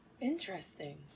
Interesting